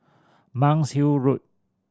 Monk's Hill Road